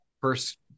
first